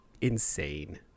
insane